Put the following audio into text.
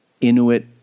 Inuit